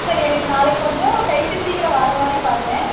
சரி எனக்கு நாளைக்கு கொஞ்சம் கைக்கு சீக்கிரம் வர்ற மாதிரி பாருங்க